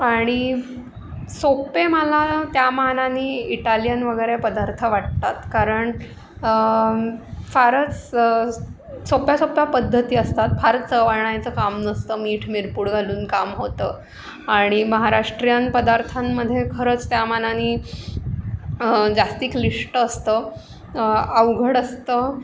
आणि सोप्पे मला त्या मानानी इटालियन वगैरे पदार्थ वाटतात कारण फारच सोप्या सोप्या पद्धती असतात फारच चव आणायचं काम नसतं मीठ मिरपूड घालून काम होतं आणि महाराष्ट्रीयन पदार्थांमध्ये खरंच त्या मानानी जास्ती क्लिष्ट असतं अवघड असतं